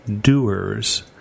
doers